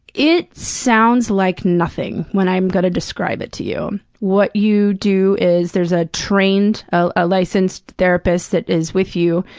it sounds like nothing, when i'm gonna describe it to you. what you do is, there's a trained a licensed therapist that is with you,